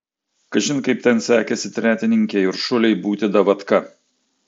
kažin kaip ten sekėsi tretininkei uršulei būti davatka